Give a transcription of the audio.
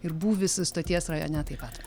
ir būvis stoties rajone taip pat